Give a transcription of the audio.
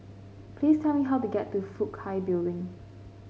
please tell me how to get to Fook Hai Building